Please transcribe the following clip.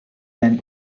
then